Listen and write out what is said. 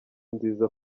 nziza